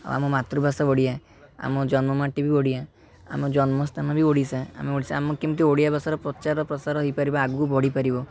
ଆଉ ଆମ ମାତୃଭାଷା ଓଡ଼ିଆ ଆମ ଜନ୍ମମାଟି ବି ଓଡ଼ିଆ ଆମ ଜନ୍ମସ୍ଥାନ ବି ଓଡ଼ିଶା ଆମ ଓଡ଼ିଶା ଆମ କେମିତି ଓଡ଼ିଆ ଭାଷାର ପ୍ରଚାର ପ୍ରସାର ହେଇପାରିବ ଆଗକୁ ବଢ଼ିପାରିବ